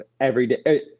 everyday